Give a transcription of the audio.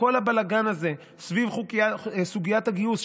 לכל הבלגן הזה סביב סוגיית הגיוס,